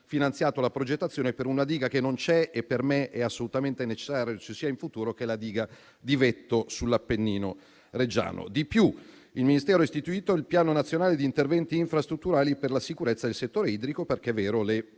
finanziato la progettazione per una diga che non c'è e per me è assolutamente necessario ci sia in futuro, che è la diga di Vetto sull'Appennino reggiano. Di più, il Ministero ha istituito il Piano nazionale di interventi infrastrutturali e per la sicurezza del settore idrico, perché è vero che